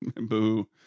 Boo